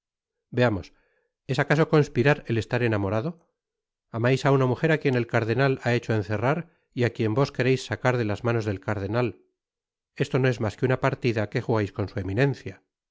veamos es acaso conspirar el estar enamorado amais á una mujer á quien el cardenal ha hecho encerrar y á quien vos quereis sacar de las manos del cardenal esto no es content from google book search generated at toas que una partida que jugais con su eminencia